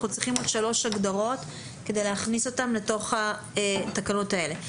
אנחנו צריכים עוד 3 הגדרות כדי להכניס אותן לתקנות האלה.